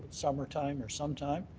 summertime or sometime,